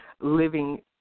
living